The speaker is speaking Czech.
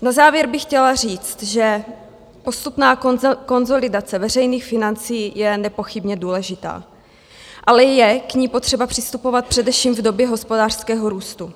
Na závěr bych chtěla říct, že postupná konsolidace veřejných financí je nepochybně důležitá, ale je k ní potřeba přistupovat především v době hospodářského růstu.